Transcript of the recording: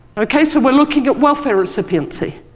okay, so we're looking at welfare recipiency.